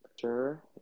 sure